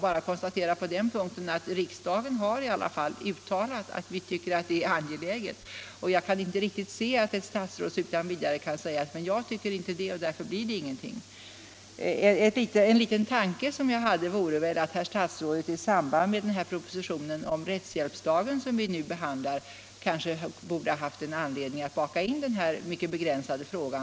Jag konstaterar då bara att riksdagen här har uttalat att man finner det angeläget med ett förslag, och då kan jag inte förstå att herr statsrådet utan vidare kan säga att han tycker inte det, och därför blir det ingenting av med det hela. En tanke vore väl att herr statsrådet i samband med propositionen om rättshjälpslagen, som vi nu behandlar, kunde ha bakat in denna mycket begränsade fråga.